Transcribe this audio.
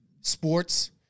sports